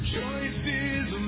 Choices